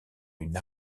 une